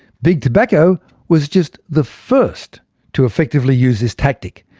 big tobacco was just the first to effectively use this tactic.